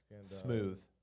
smooth